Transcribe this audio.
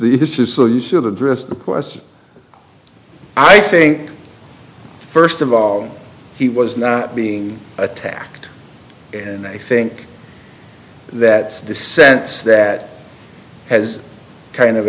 this is so you should address the question i think st of all he was not being attacked and i think that the sense that has kind of